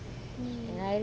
mm